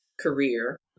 career